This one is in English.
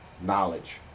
knowledge